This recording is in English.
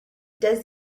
does